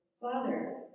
Father